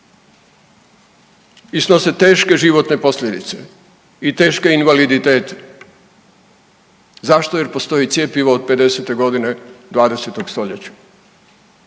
što su teške životne posljedice i teške invaliditete. Zašto? Jer postoji cjepivo od 50.-te godine 20. stoljeća